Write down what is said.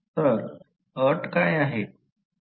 तर अट काय आहे